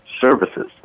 services